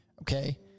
okay